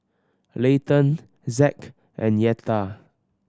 Leighton Zack and Yetta